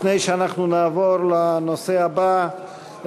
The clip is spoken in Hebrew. לפני שאנחנו נעבור לנושא הבא,